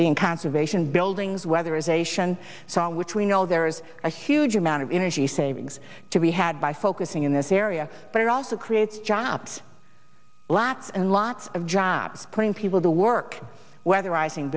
scene conservation buildings weather is a sion song which we know there's a huge amount of energy savings to be had by focusing in this area but it also creates jobs blatz and lots of jobs putting people to work weatherizing